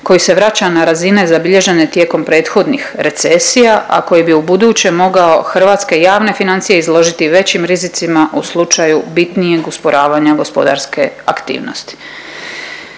koji se vraća na razine zabilježene tijekom prethodnih recesija, a koji bi u buduće mogao hrvatske javne financije izložiti većim rizicima u slučaju bitnijeg usporavanja gospodarske aktivnosti.